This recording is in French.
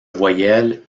voyelles